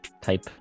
type